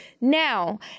Now